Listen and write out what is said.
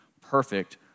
perfect